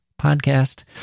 podcast